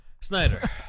Snyder